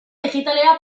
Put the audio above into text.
digitalera